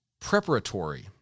preparatory